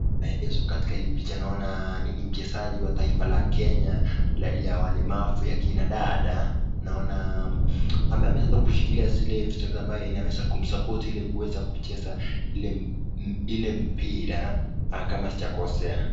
Melezo katika hii picha naona ni mchezaji wa taifa la Kenya la la walemavu ya kina dada. Naona ameweza kushikilia zile vitu ambavyo vinaweza support ili kuweza kucheza ile ile mpira kama sija kosea.